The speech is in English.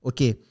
Okay